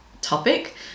topic